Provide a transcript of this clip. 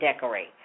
decorate